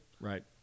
Right